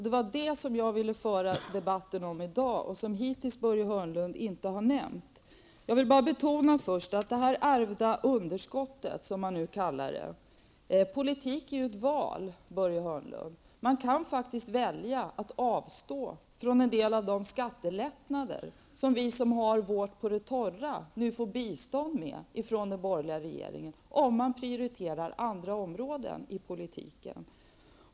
Det var detta jag ville föra debatten om i dag, men Börje Hörnlund har hittills inte nämnt det. När det gäller det här ärvda underskottet, som man nu kallar det, vill jag bara betona att politik är att välja väg, Börje Hörnlund. Man kan faktiskt välja att avstå från en del av de skattelättnader, som vi som har vårt på det torra nu får bistånd med ifrån den borgerliga regeringen, om man prioriterar andra områden i politiken.